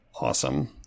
awesome